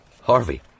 Harvey